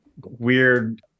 weird